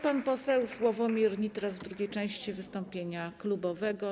Pan poseł Sławomir Nitras w drugiej części wystąpienia klubowego.